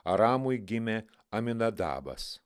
aramui gimė aminadabas